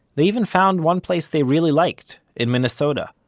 they even found one place they really liked, in minnesota,